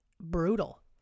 brutal